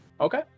Okay